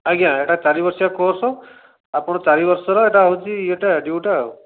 ଆଜ୍ଞା ଏଇଟା ଚାରି ବର୍ଷିଆ କୋର୍ସ୍ ଆପଣ ଚାରି ବର୍ଷର ଏଇଟା ହେଉଛି ଇଏଟା ଡିୟୁଟା ଆଉ